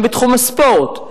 גם בתחום הספורט,